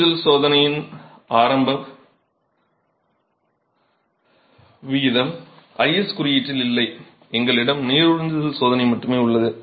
உறிஞ்சுதல் சோதனையின் ஆரம்ப விகிதம் IS குறியீட்டில் இல்லை எங்களிடம் நீர் உறிஞ்சுதல் சோதனை மட்டுமே உள்ளது